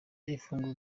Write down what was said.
ifunguro